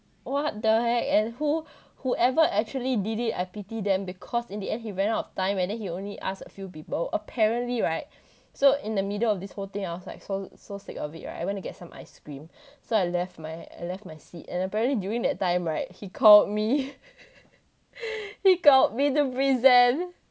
what the heck and who whoever actually did it I pity them because in the end he ran out of time and then he only ask few people apparently right so in the middle of this whole thing I was like so so sick of it right I went to get some ice cream so I left my I left my seat and apparently during that time right he called me he called me to present